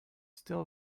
still